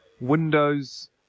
Windows